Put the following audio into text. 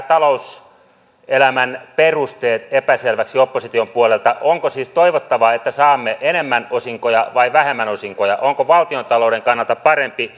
talouselämän perusteet hieman epäselväksi opposition puolelta onko siis toivottavaa että saamme enemmän osinkoja vai vähemmän osinkoja onko valtiontalouden kannalta parempi